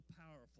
powerful